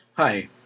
Hi